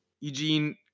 Eugene